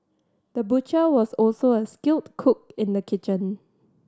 the butcher was also a skilled cook in the kitchen